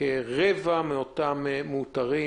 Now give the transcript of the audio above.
כרבע מאותם החולים,